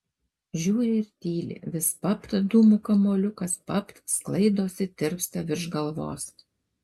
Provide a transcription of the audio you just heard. žiūri ir tyli vis papt dūmų kamuoliukas papt sklaidosi tirpsta virš galvos